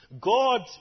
God